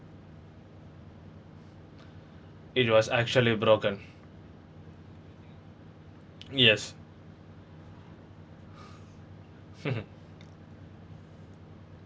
it was actually broken yes